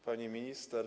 Pani Minister!